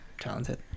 talented